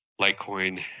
litecoin